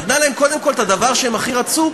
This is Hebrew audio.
נתנה להם קודם כול את הדבר שהם הכי רצו,